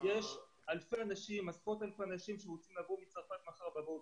יש עשרות אלפי אנשים שרוצים לבוא מצרפת מחר בבוקר.